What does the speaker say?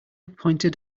pointed